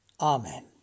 Amen